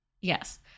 yes